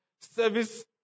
Service